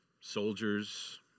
soldiers